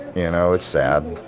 you know, it's sad.